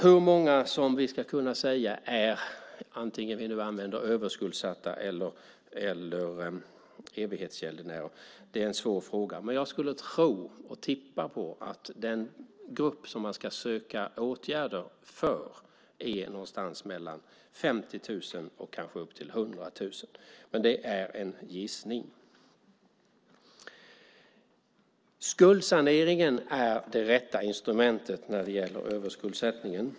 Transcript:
Hur många vi ska kunna säga är överskuldsatta eller evighetsgäldenärer, vilket ord vi nu använder, är en svår fråga, men jag skulle tro och tippa att den grupp som man ska söka åtgärder för är någonstans mellan 50 000 och 100 000 personer. Det är dock en gissning. Skuldsanering är det rätta instrumentet när det gäller överskuldsättningen.